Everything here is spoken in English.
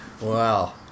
Wow